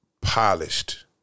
polished